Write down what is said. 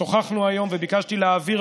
שוחחנו היום וביקשתי ממנו להעביר,